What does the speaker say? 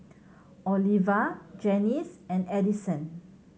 Oliva Janis and Addyson